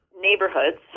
neighborhoods